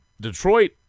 Detroit